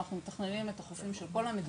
ואנחנו מתכננים את החופים של כל המדינה.